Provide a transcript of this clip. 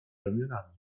ramionami